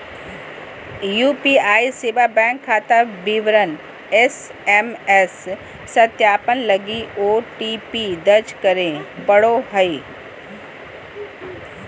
UPI सेवा bank खाता विवरण एस.एम.एस सत्यापन लगी ओ.टी.पी दर्ज करे पड़ो हइ